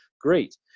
great